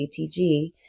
CTG